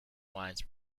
wines